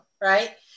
right